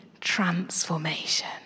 transformation